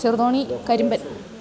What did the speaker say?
Cheruthoni Karimban